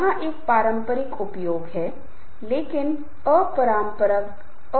interest group का एक उदाहरण वे छात्र होंगे जो एक विशिष्ट कक्षा के लिए एक अध्ययन समूह बनाने के लिए एक साथ आते हैं